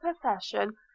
profession